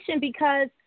because-